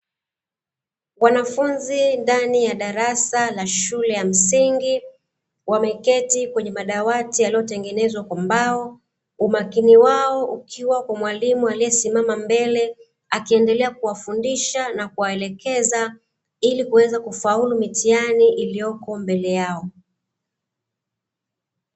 Wanafunzi ndani ya darasa la shule ya msingi, wameketi kwenye madawati yaliyotengenezwa kwa mbao, umakini wao ukiwa kwa mwalimu aliyesimama mbele, akiendelea kuwafundisha na kuwaelekeza ili kuweza kufaulu mitihani iliyoko mbele yao.